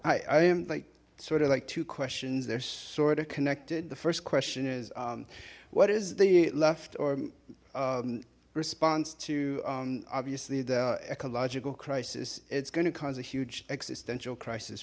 i am like sort of like two questions they're sort of connected the first question is what is the left or response to obviously the ecological crisis it's going to cause a huge existential crisis